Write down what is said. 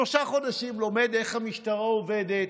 שלושה חודשים לומד איך המשטרה עובדת,